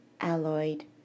alloyed